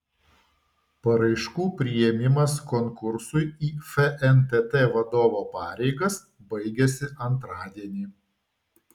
paraiškų priėmimas konkursui į fntt vadovo pareigas baigiasi antradienį